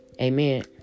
Amen